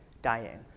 dying